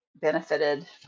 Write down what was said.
Benefited